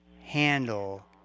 handle